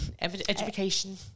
Education